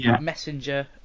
messenger